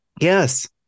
Yes